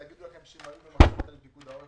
והם יגידו לכם שהם היו עם פיקוד העורף,